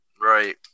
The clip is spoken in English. Right